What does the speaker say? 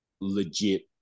legit